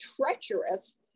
treacherous